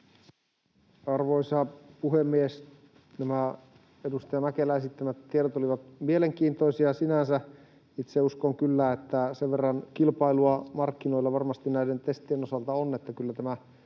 Arvoisa puhemies! Nämä edustaja Mäkelän esittämät tiedot olivat mielenkiintoisia sinänsä. Itse uskon kyllä, että sen verran kilpailua markkinoilla varmasti näiden testien osalta on,